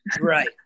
Right